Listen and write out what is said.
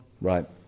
Right